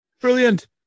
Brilliant